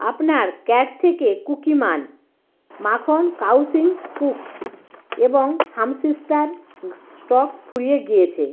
আপনার কার্ট থেকে কুকিম্যান মাখন ক্যাশিউ কুকি এবং সামসিস্টার স্টক ফুরিয়ে গিয়েছে